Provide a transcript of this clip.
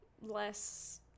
less